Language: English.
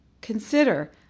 Consider